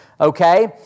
okay